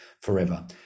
forever